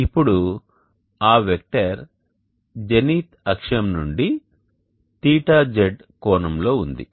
ఇప్పుడు ఆ vector zenith అక్షం నుండి θz కోణంలో ఉంది